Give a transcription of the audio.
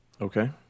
Okay